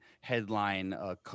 headline